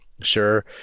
Sure